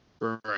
Right